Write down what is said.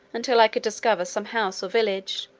until i could discover some house or village,